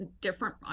different